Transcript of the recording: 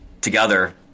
together